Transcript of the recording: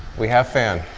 we have fan.